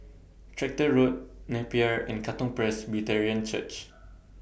Tractor Road Napier and Katong Presbyterian Church